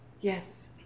yes